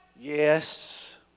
Yes